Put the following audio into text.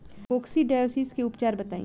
Coccidiosis के उपचार बताई?